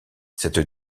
cette